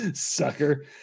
sucker